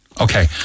Okay